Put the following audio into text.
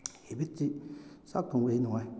ꯍꯦꯕꯤꯠꯁꯤ ꯆꯥꯛ ꯊꯣꯡꯕꯁꯤ ꯅꯨꯡꯉꯥꯏ